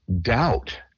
doubt